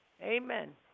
Amen